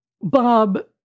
Bob